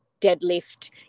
deadlift